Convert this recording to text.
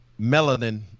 melanin